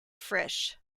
frisch